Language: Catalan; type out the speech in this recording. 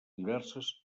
diverses